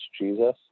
Jesus